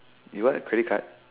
you want a credit card